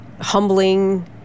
humbling